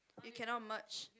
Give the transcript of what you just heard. you cannot merge